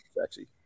sexy